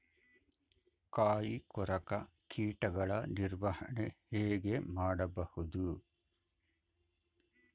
ಕಾಯಿ ಕೊರಕ ಕೀಟಗಳ ನಿರ್ವಹಣೆ ಹೇಗೆ ಮಾಡಬಹುದು?